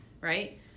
right